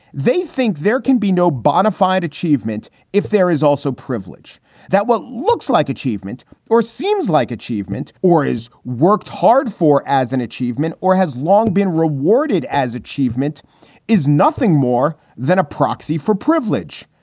they think there can be no bonafide achievement if there is also privilege that what looks like achievement or seems like achievement or has worked hard for as an achievement or has long been rewarded as achievement is nothing more than a proxy for privilege.